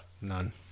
None